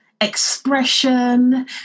expression